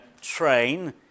train